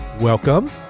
welcome